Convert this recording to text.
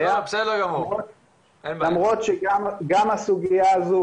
למרות שגם הסוגייה הזאת